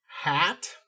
hat